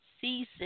season